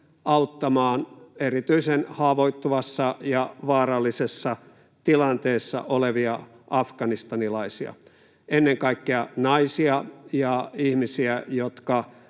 auttamaan erityisen haavoittuvassa ja vaarallisessa tilanteessa olevia afganistanilaisia, ennen kaikkea naisia ja ihmisiä, jotka